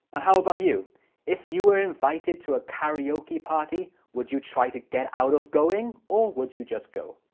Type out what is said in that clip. and how about you if you were invited to a karaoke party would you try to get out of going? or would you just go?